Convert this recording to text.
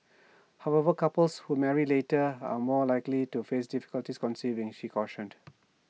however couples who marry later are more likely to face difficulties conceiving she cautioned